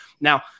Now